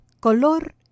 Color